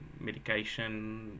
medication